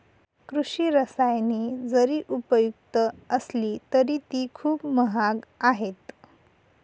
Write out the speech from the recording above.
कृषी रसायने जरी उपयुक्त असली तरी ती खूप महाग आहेत